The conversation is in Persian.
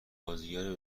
بازیگر